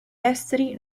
esteri